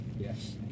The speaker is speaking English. yes